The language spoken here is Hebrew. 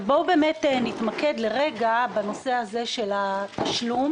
בואו נתמקד לרגע בנושא הזה של התשלום